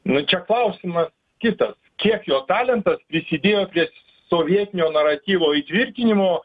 nu čia klausimas kitas kiek jo talentas prisidėjo prie sovietinio naratyvo įtvirtinimo